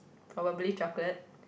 probably chocolate